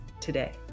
today